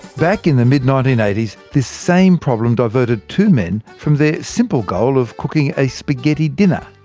back in the mid nineteen eighty s, this same problem diverted two men from their simple goal of cooking a spaghetti dinner.